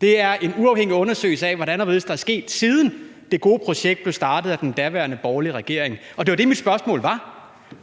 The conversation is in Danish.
Det er en uafhængig undersøgelse af, hvordan og hvorledes og hvad der er sket, siden det gode projekt blev startet af den daværende borgerlige regering. Det var det, mit spørgsmål var